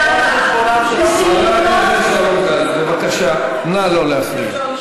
ככה זה במדינה יהודית, זה לא על חשבונו של אף אחד.